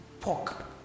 pork